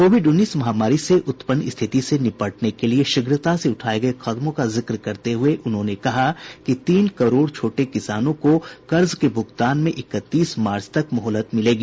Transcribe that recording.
Covid उन्नीस महामारी से उत्पन्न स्थिति से निपटने के लिए शीघ्रता से उठाए गए कदमों का जिक्र करते हुए श्रीमती सीतारामन ने कहा कि तीन करोड छोटे किसानों को कर्ज के भुगतान में इकतीस मार्च तक की मोहलत मिलेगी